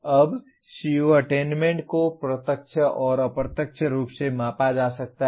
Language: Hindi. अब CO अटेन्मेन्ट को प्रत्यक्ष और अप्रत्यक्ष रूप से मापा जा सकता है